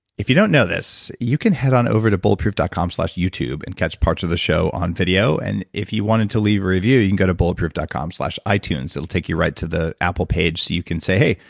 if you don't know this, you can head on over to bulletproof dot com slash youtube and catch parts of the show on video, and if you wanted to leave a review you can go to bulletproof dot com slash itunes, it will take you right to the apple page so you can say,